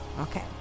Okay